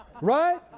right